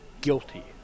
guilty